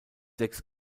sechs